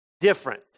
different